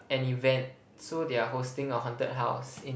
an event so they are hosting a haunted house in